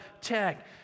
tech